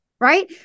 right